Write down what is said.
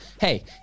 hey